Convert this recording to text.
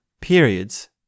periods